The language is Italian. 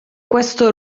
questo